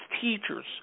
teachers